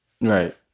Right